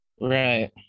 Right